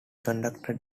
conducted